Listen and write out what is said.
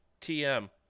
TM